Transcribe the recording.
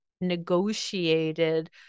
negotiated